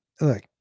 Look